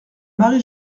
marie